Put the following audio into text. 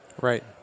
Right